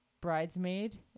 bridesmaid